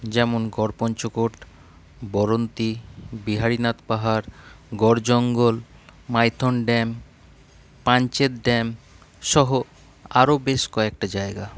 যেমন গড়পঞ্চকোট বড়ন্তি বিহারীনাথ পাহাড় গড় জঙ্গল মাইথন ড্যাম পাঞ্চেৎ ড্যাম সহ আরো বেশ কয়েকটা জায়গা